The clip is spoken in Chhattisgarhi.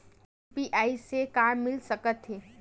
यू.पी.आई से का मिल सकत हे?